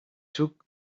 took